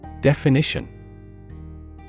Definition